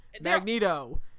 Magneto